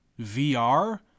VR